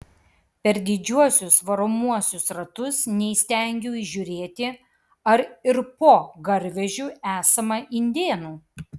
per didžiuosius varomuosius ratus neįstengiau įžiūrėti ar ir po garvežiu esama indėnų